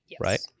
right